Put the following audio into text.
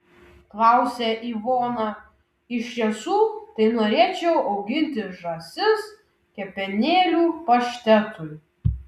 klausia ivona iš tiesų tai norėčiau auginti žąsis kepenėlių paštetui